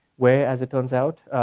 whereas it turns out,